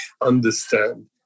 understand